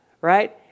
right